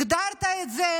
הגדרת את זה